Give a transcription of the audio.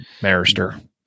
Marister